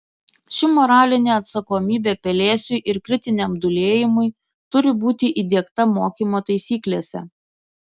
ši moralinė atsakomybė pelėsiui ir kritiniam dūlėjimui turi būti įdiegta mokymo taisyklėse